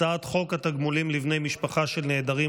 הצעת חוק התגמולים לבני משפחה של נעדרים